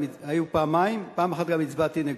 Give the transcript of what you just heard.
היו פעמיים, פעם אחת גם הצבעתי נגדו,